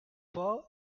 pas